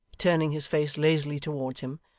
turning his face lazily towards him,